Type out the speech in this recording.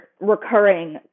recurring